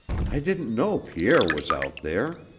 i didn't know pierre was out there.